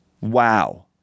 Wow